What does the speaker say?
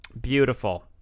Beautiful